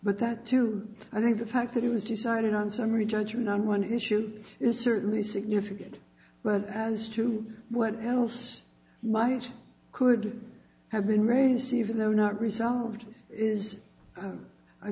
but that too i think the fact that it was decided on summary judgment on one issue is certainly significant but as to what else might could have been raised even though not